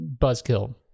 buzzkill